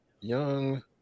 Young